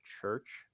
church